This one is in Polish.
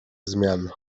zmian